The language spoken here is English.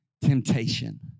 temptation